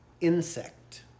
Insect